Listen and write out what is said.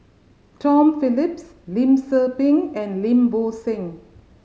Tom Phillips Lim Tze Peng and Lim Bo Seng